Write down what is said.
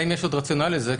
האם יש עוד רציונל לזה,